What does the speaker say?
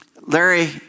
Larry